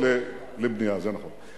שיווק הקרקעות לבנייה, זה נכון.